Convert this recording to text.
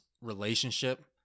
relationship